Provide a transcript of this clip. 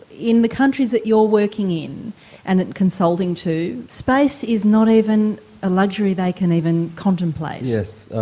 in the countries that you're working in and consulting to space is not even a luxury they can even contemplate. yes,